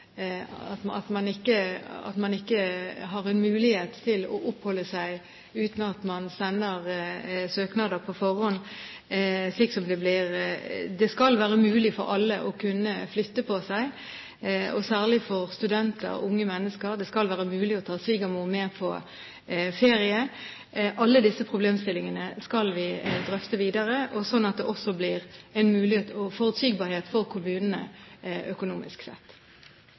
at man ikke har mulighet til å flytte på seg uten at man sender søknader på forhånd, slik som det blir sagt. Det skal være mulig for alle å kunne flytte på seg, og særlig for studenter og unge mennesker. Det skal være mulig å ta svigermor med på ferie. Alle disse problemstillingene skal vi drøfte videre, sånn at det også blir en forutsigbarhet for kommunene, økonomisk sett.